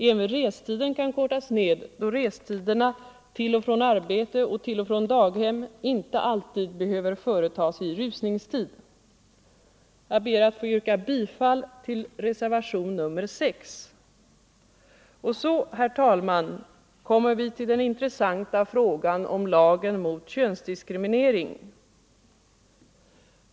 Även restiden kan kortas ned, då resorna till och från arbete och till och från daghem inte alltid behöver företas i rusningstid. Jag ber att få yrka bifall till reservationen 6. Så, herr talman, kommer vi till den intressanta frågan om lagen mot könsdiskriminering.